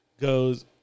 goes